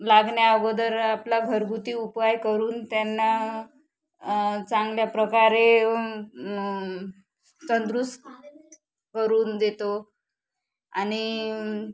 लागण्या अगोदर आपला घरगुती उपाय करून त्यांना चांगल्या प्रकारे तंदुरुस्त करून देतो आणि